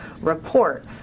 report